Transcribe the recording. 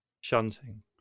shunting